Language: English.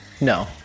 No